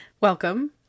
Welcome